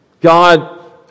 God